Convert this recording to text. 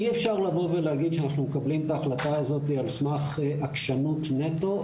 אי אפשר לבוא ולהגיד שאנחנו מקבלים את ההחלטה הזאת על סמך עקשנות נטו.